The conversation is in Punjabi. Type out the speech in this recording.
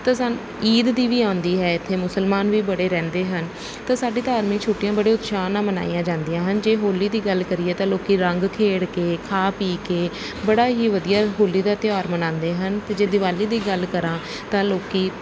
ਤਾਂ ਸਾਨੂੰ ਈਦ ਦੀ ਵੀ ਆਉਂਦੀ ਹੈ ਇੱਥੇ ਮੁਸਲਮਾਨ ਵੀ ਬੜੇ ਰਹਿੰਦੇ ਹਨ ਤਾਂ ਸਾਡੀ ਧਾਰਮਿਕ ਛੁੱਟੀਆਂ ਬੜੇ ਉਤਸ਼ਾਹ ਨਾਲ ਮਨਾਈਆਂ ਜਾਂਦੀਆਂ ਹਨ ਜੇ ਹੋਲੀ ਦੀ ਗੱਲ ਕਰੀਏ ਤਾਂ ਲੋਕ ਰੰਗ ਖੇਡ ਕੇ ਖਾ ਪੀ ਕੇ ਬੜਾ ਹੀ ਵਧੀਆ ਹੋਲੀ ਦਾ ਤਿਉਹਾਰ ਮਨਾਉਂਦੇ ਹਨ ਅਤੇ ਜੇ ਦਿਵਾਲੀ ਦੀ ਗੱਲ ਕਰਾਂ ਤਾਂ ਲੋਕ